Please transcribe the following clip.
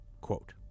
Quote